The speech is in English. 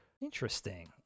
interesting